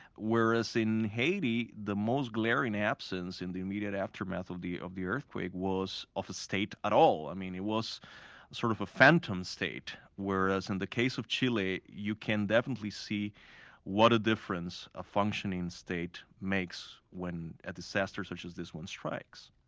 whereas in haiti the most glaring absence in the immediate aftermath of the of the earthquake was of a state at all. i mean it was sort of a phantom state. whereas in the case of chile, you can definitely see what a difference a functioning state makes when a disaster such as this one strikes.